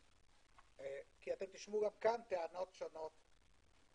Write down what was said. כי תשמעו גם כאן טענות שונות.